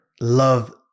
love